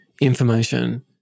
information